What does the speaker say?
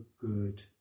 good